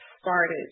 started